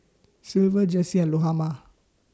Silver Jessee and Lahoma